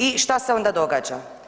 I što se onda događa.